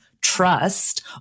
trust